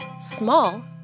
small